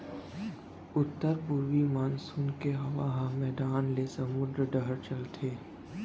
उत्तर पूरवी मानसून के हवा ह मैदान ले समुंद डहर चलथे